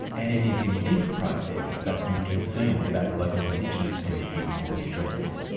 and it is in this process that the concerns about the local indigenous community will be addressed.